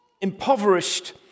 Impoverished